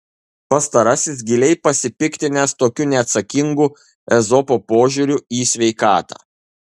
pastarasis giliai pasipiktinęs tokiu neatsakingu ezopo požiūriu į sveikatą